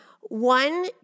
One